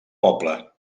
poble